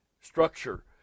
structure